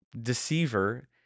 deceiver